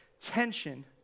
tension